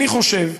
אני חושב,